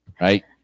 Right